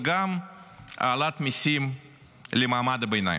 וגם העלאת מיסים למעמד הביניים.